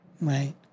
Right